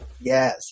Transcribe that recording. yes